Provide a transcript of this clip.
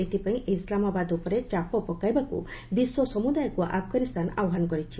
ଏଥିପାଇଁ ଇସ୍ଲାମାବାଦ ଉପରେ ଚାପ ପକାଇବାକୁ ବିଶ୍ୱ ସମୁଦାୟକୁ ଆଫଗାନିସ୍ତାନ ଆହ୍ପାନ କରିଛି